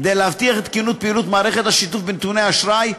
כדי להבטיח את תקינות פעילות מערכת השיתוף בנתוני אשראי,